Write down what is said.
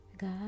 God